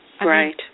Right